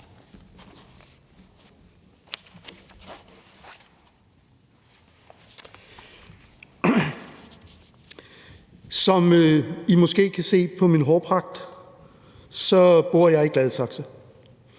Som I måske kan se på min hårpragt, bor jeg i Gladsaxe